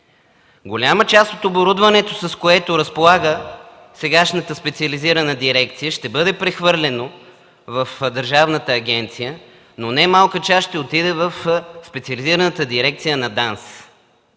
голяма част от оборудването, с което разполага сегашната специализирана дирекция, ще бъде прехвърлено в държавната агенция, но немалка част ще отиде в специализираната дирекция на ДАНС.